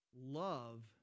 love